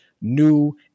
new